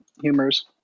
humors